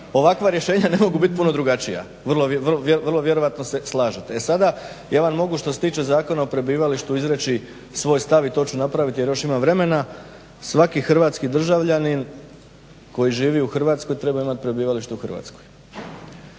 ovakva rješenja ne mogu biti puno drugačija, vrlo vjerojatno se slažete. E sada ja vam mogu što se tiče Zakona o prebivalištu izreći svoj stav i to ću napraviti jer još imam vremena. Svaki hrvatski državljanin koji živi u Hrvatskoj trebao imati prebivalište u Hrvatskoj.